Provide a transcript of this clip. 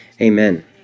amen